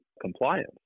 compliance